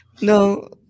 No